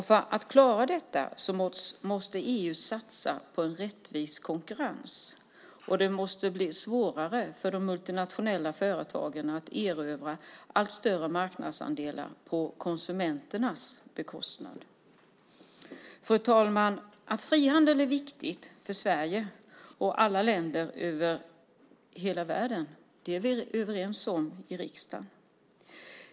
För att klara detta måste EU satsa på en rättvis konkurrens, och det måste bli svårare för de multinationella företagen att erövra allt större marknadsandelar på konsumenternas bekostnad. Fru talman! Att frihandeln är viktig för Sverige och alla länder över hela världen är vi överens om i riksdagen.